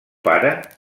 pare